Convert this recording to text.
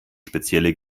spezielle